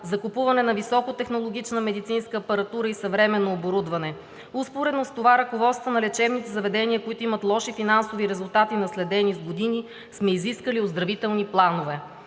закупуване на високотехнологична медицинска апаратура и съвременно оборудване. Успоредно с това от ръководствата на лечебните заведения, които имат лоши финансови резултати, наследени с години, сме изискали оздравителни планове.